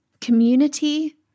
community